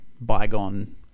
Bygone